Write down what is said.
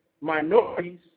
minorities